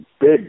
big